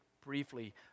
briefly